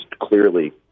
clearly